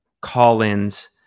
call-ins